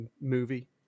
movie